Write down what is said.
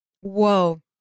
Whoa